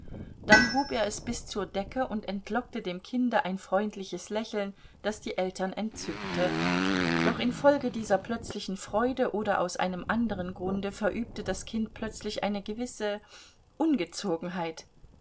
dann hob er es bis zur decke und entlockte dem kind ein freundliches lächeln das die eltern entzückte doch infolge dieser plötzlichen freude oder aus einem anderen grunde verübte das kind plötzlich eine gewisse ungezogenheit